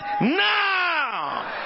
now